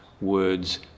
words